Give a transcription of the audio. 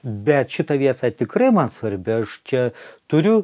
bet šita vieta tikrai man svarbi aš čia turiu